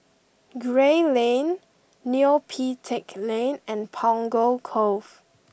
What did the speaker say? Gray Lane Neo Pee Teck Lane and Punggol Cove